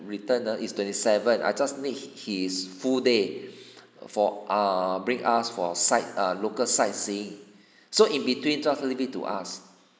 return err is twenty seven I just need his full day for ah bring us for sight err local sightseeing so in between just leave it to us